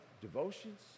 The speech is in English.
devotions